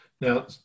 Now